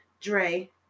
Dre